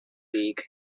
league